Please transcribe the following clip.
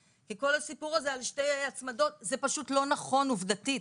כי כל הסיפור הזה על שתי הצמדות זה פשוט לא נכון עובדתית.